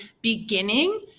beginning